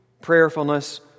prayerfulness